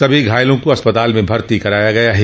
सभी घायलों को अस्पताल में भर्ती कराया गया है